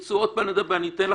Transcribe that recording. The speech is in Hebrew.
אם תרצו עוד פעם לדבר, אני אתן לכם.